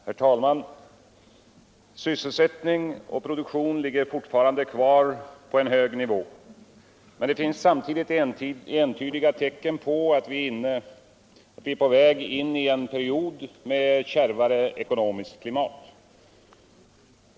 Herr talman! Sysselsättning och produktion ligger fortfarande kvar på en hög nivå. Men det finns samtidigt entydiga tecken på att vi är på väg in i en period med kärvare ekonomiskt klimat.